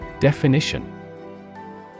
Definition